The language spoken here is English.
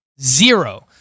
zero